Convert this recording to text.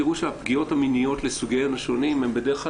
תראו שהפגיעות המיניות לסוגיהן השונות הן בדרך כלל